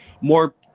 more